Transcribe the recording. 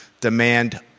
demand